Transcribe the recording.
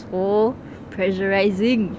oh pressurizing